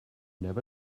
never